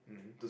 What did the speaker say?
mmhmm